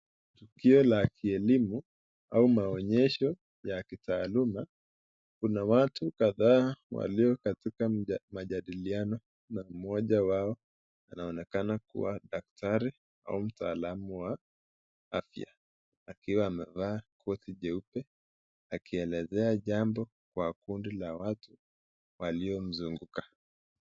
Tukio la elimu au maonyesho ya kitaaluma, kuna watu kadhaa waliokatika majadiliano na moja wao anaonekana kuwa ni daktari au mtaalamu wa afya. Akiwa amevaa koti jeupe, akielezea jambo kwa kundi la watu waliomzunguka.